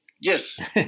Yes